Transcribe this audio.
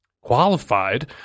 qualified